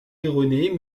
erronée